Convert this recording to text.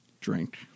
drink